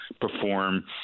perform